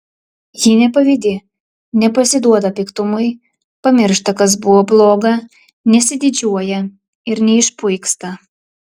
ji nepavydi nepasiduoda piktumui pamiršta kas buvo bloga nesididžiuoja ir neišpuiksta